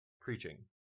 preaching